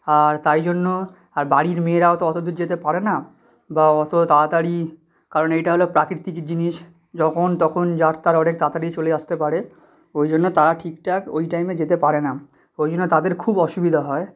আর তাই জন্য আর বাড়ির মেয়েরাও তো অত দূর যেতে পারে না বা অত তাড়াতাড়ি কারণ এইটা হলো প্রাকৃতিক জিনিস যখন তখন যার তার অনেক তাড়াতাড়ি চলে আসতে পারে ওই জন্য তারা ঠিকঠাক ওই টাইমে যেতে পারে না ওই জন্য তাদের খুব অসুবিধা হয়